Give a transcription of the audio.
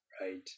right